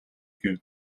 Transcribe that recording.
гэв